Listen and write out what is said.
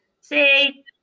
say